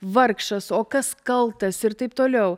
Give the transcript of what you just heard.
vargšas o kas kaltas ir taip toliau